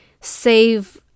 save